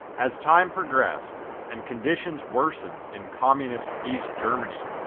as time progressed and conditions worsened in communist east germany,